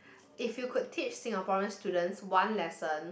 if you could teach Singaporeans students one lesson